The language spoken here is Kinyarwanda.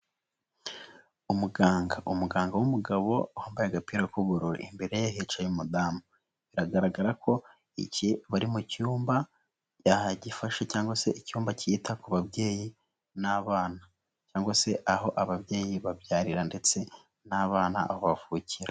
umuganga, umuganga w'umugabo wambaye agapira k'ubururu, imbere ye hicaye umudamu, biragaragara ko bari mu cyumba byagifashe cyangwa se icyumba cyita ku babyeyi n'abana cyangwa se, aho ababyeyi babyarira ndetse n'abana aho bavukira.